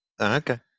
Okay